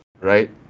Right